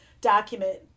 document